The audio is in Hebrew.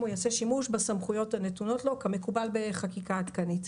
הוא יעשה שימוש בסמכויות הנתונות לו כמקובל בחקיקה עדכנית.